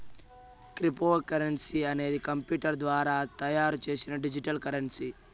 cryptocurrency అనేది computer ద్వారా తయారు చేసిన డిజిటల్ కరెన్సీ